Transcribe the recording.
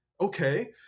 okay